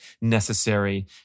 necessary